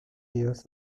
years